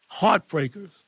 Heartbreakers